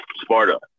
Sparta